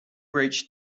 reached